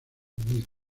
unidos